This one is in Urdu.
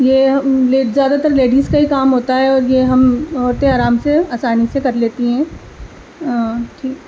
یہ ہم زیادہ تر لیڈیز کا ہی کام ہوتا ہے اور یہ ہم عورتیں آرام سے آسانی سے کر لیتی ہیں